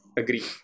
agree